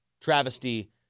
travesty